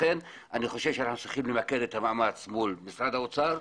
לכן אני חושב שאנחנו צריכים למקד את המאמץ מול משרד האוצר,